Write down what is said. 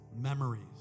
memories